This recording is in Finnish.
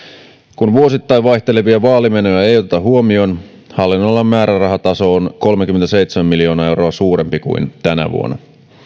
kun vuosittain vaihtelevia vaalimenoja ei oteta huomioon hallinnonalan määrärahataso on kolmekymmentäseitsemän miljoonaa euroa suurempi kuin tänä vuonna